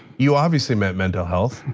you obviously meant mental health.